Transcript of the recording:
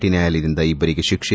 T ನ್ಯಾಯಾಲಯದಿಂದ ಇಬ್ಬರಿಗೆ ಶಿಕ್ಷೆ